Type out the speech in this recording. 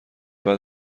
بعد